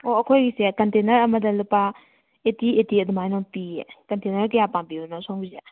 ꯑꯣ ꯑꯩꯈꯣꯏꯒꯤꯁꯦ ꯀꯟꯇꯦꯅꯔ ꯑꯃꯗ ꯂꯨꯄꯥ ꯑꯩꯠꯇꯤ ꯑꯩꯠꯇꯤ ꯑꯗꯨꯃꯥꯏꯅ ꯄꯤꯌꯦ ꯀꯟꯇꯦꯅꯔ ꯀꯌꯥ ꯄꯥꯝꯕꯤꯕꯅꯣ ꯁꯣꯝꯒꯤꯁꯦ